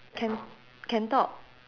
can can talk